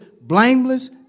blameless